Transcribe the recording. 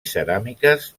ceràmiques